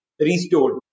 restored